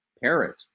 Parrot